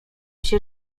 się